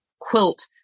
quilt